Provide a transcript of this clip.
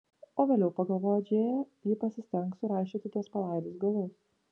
o vėliau pagalvojo džėja ji pasistengs suraišioti tuos palaidus galus